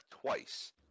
twice